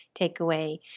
takeaway